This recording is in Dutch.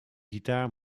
gitaar